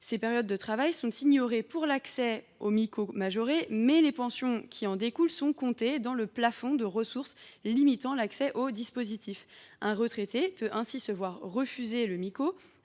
Ces périodes de travail sont ignorées pour l’accès au Mico majoré, mais les pensions qui en découlent comptent dans le calcul du plafond de ressources limitant l’accès au dispositif. Un retraité peut ainsi se voir refuser le Mico